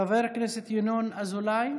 חבר הכנסת ינון אזולאי,